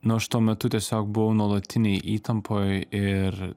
nu aš tuo metu tiesiog buvau nuolatinėj įtampoj ir